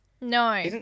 No